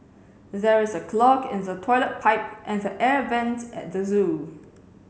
there is a clog in the toilet pipe and the air vents at the zoo